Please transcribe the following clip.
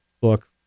book